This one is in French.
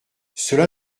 cela